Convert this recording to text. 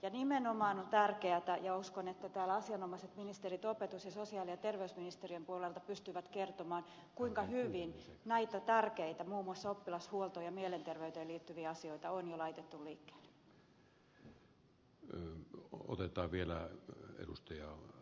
ja nimenomaan on tärkeätä ja uskon että täällä asianomaiset ministerit opetus ja sosiaali ja terveysministeriön puolelta pystyvät kertomaan kuinka hyvin näitä tärkeitä muun muassa oppilashuoltoon ja mielenterveyteen liittyviä asioita on jo laitettu liikkeelle